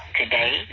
today